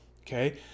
okay